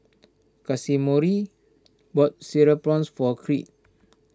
Casimiro bought Cereal Prawns for Creed